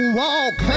walk